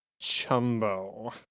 Chumbo